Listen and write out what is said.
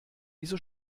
wieso